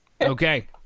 Okay